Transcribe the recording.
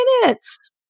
minutes